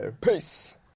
Peace